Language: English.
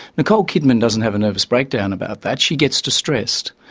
nicole kidman doesn't have a nervous breakdown about that, she gets distressed.